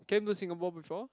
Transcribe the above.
came to Singapore before